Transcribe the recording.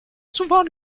souvent